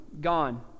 gone